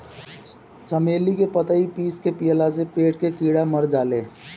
चमेली के पतइ पीस के पियला से पेट के कीड़ा मर जाले